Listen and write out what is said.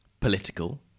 political